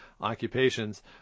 occupations